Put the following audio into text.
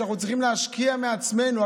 שאנחנו צריכים להשקיע מעצמנו.